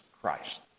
Christ